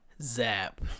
Zap